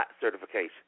certification